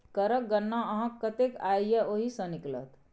करक गणना अहाँक कतेक आय यै ओहि सँ निकलत